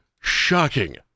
Shocking